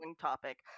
topic